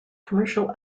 commercial